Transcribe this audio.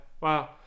wow